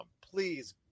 Please